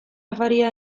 afaria